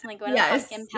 Yes